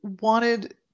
wanted